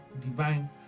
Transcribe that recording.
divine